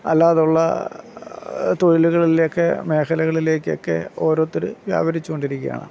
അല്ലാതുള്ള തൊഴിലുകളിലൊക്കെ മേഖലകളിലേക്കൊക്കെ ഓരോരുത്തര് വ്യാപരിച്ചുകൊണ്ടിരിക്കുകയാണ്